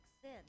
sin